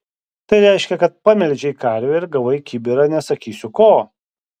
tai reiškia kad pamelžei karvę ir gavai kibirą nesakysiu ko